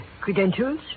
Credentials